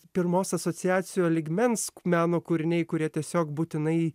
pirmos asociacijo lygmens meno kūriniai kurie tiesiog būtinai